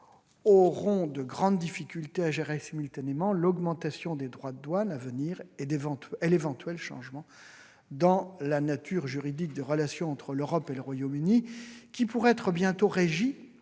auront de grandes difficultés à gérer simultanément l'augmentation des droits de douane à venir et l'éventuel changement dans la nature juridique des relations entre l'Europe et le Royaume-Uni. En effet, celles-ci pourraient être bientôt régies